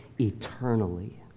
eternally